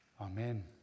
amen